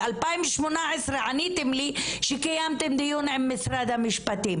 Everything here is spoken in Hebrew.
ב-2018 עניתם לי שקיימתם דיון עם משרד המשפטים